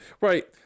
right